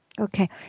Okay